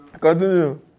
Continue